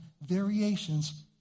variations